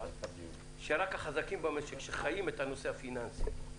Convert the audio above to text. שרק החזקים במשק שחיים את הנושא הפיננסי,